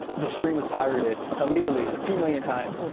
the stream was pirated illegally two million times.